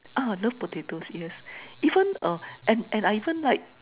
uh I love potatoes yes even uh and I even like